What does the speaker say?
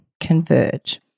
converge